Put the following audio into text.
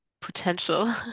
potential